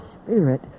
spirit